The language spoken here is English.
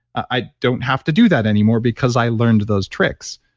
i don't have to do that anymore, because i learned those tricks